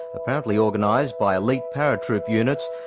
apparently organised by elite paratroop units,